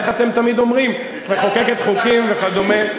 איך אתם תמיד אומרים: מחוקקת חוקים וכדומה,